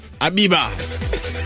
Abiba